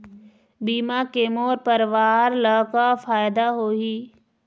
बीमा के मोर परवार ला का फायदा होही?